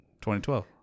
2012